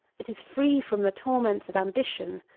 it is free from the torments of ambition,